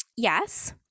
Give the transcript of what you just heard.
Yes